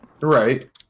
Right